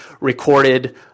recorded